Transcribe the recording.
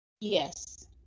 Yes